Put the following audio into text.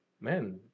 man